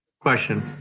question